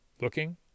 looking